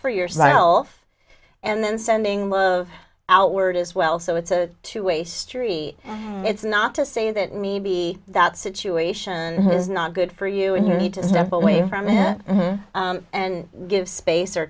for yourself and then sending out word as well so it's a two way street it's not to say that me be that situation is not good for you and you need to step away from it and give space or